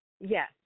Yes